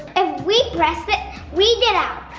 if we press it we get out,